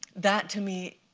that, to me,